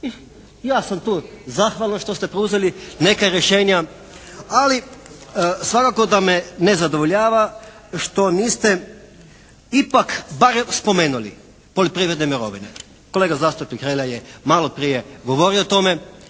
Ja sam tu zahvalan što ste preuzeli neka rješenja, ali svakako da me ne zadovoljava što niste ipak barem spomenuli poljoprivredne mirovine. Kolega zastupnik Hrelja je malo prije govorio o tome.